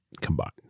combined